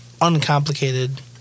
uncomplicated